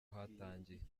hatangiye